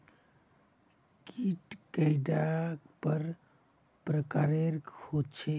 कीट कैडा पर प्रकारेर होचे?